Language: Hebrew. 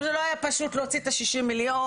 זה לא היה פשוט להוציא את 60 המיליון,